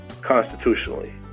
constitutionally